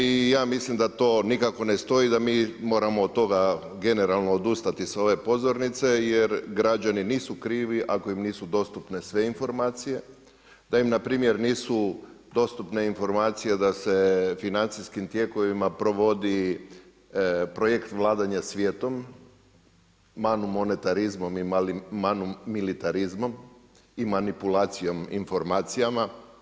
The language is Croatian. I ja mislim da to nikako ne stoji, da mi moramo od toga generalno odustati sa ove pozornice, jer građani nisu krivi ako im nisu dostupne sve informacije, da im na primjer nisu dostupne informacije da se financijskim tijekovima provodi projekt vladanja svijetom, manumonetarizmom i manumilitarizmom i manipulacijom informacijama.